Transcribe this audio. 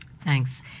Thanks